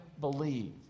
believe